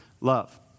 love